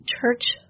church